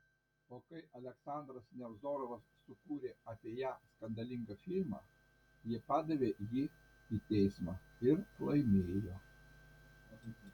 o kai aleksandras nevzorovas sukūrė apie ją skandalingą filmą ji padavė jį į teismą ir laimėjo